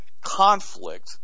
conflict